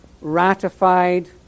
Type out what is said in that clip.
ratified